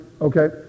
Okay